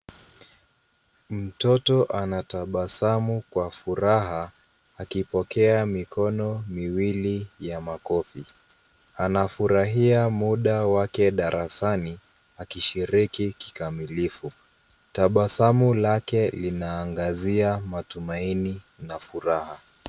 Mtoto anatabasamu kwa furaha akipokea mikono miwili ya makofi. Anafurahia muda wake darasani akishiriki kikamilifu. Tabasamu lake linaangazia matumaini na furaha.